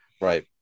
right